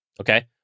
okay